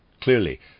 Clearly